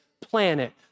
planet